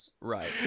right